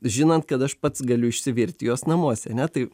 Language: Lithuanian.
žinant kad aš pats galiu išsivirti juos namuose ane tai